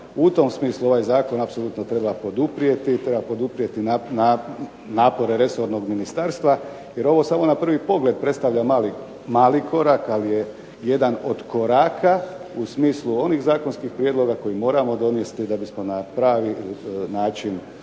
treba poduprijeti, treba poduprijeti napore resornog ministarstva. Jer ovo samo na prvi pogled predstavlja mali korak, ali je jedan od koraka u smislu onih zakonskih prijedloga koje moramo donijeti da bismo na pravi način